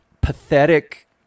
pathetic